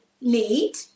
need